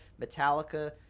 Metallica